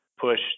push